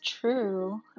true